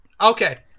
okay